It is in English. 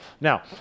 Now